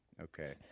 Okay